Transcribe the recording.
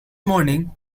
morning